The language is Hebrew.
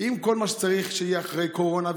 עם כל מה שצריך שיהיה אחרי קורונה,